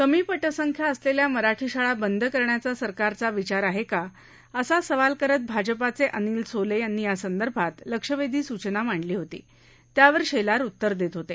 कमी पटसंख्या असलेल्या मराठी शाळा बंद करण्याचा सरकारचा विचार आहे का असा सवाल करत भाजपाचे अनिल सोले यांनी यासंदर्भात लक्षवेधी सूचना मांडली होती त्यावर शेलार उत्तर देत होते